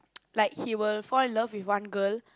like he will fall in love with one girl